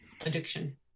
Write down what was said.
addiction